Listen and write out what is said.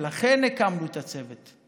ולכן הקמנו את הצוות.